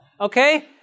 okay